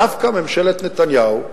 דווקא ממשלת נתניהו,